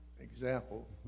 example